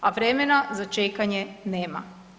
A vremena za čekanje nema.